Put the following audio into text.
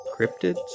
cryptids